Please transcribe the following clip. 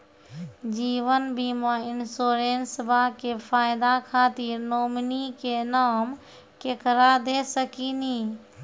जीवन बीमा इंश्योरेंसबा के फायदा खातिर नोमिनी के नाम केकरा दे सकिनी?